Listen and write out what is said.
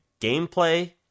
gameplay